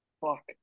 Fuck